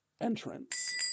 entrance